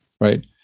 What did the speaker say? right